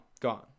Gone